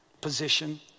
position